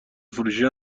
فروشی